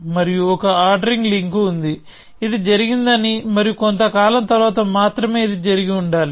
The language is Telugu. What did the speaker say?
మరియు ఒక ఆర్డరింగ్ లింక్ ఉంది ఇది జరిగిందని మరియు కొంతకాలం తరువాత మాత్రమే ఇది జరిగి ఉండాలి